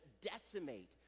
decimate